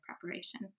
preparation